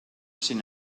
sin